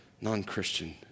Non-Christian